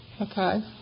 Okay